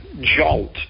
jolt